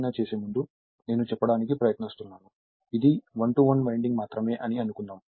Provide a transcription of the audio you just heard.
ఏదైనా చేసే ముందు నేను చెప్పడానికి ప్రయత్నిస్తున్నాను ఇది 1 1 వైండింగ్ మాత్రమే అని అనుకుందాం మనం 1 వైండింగ్ మాత్రమే చూడగలం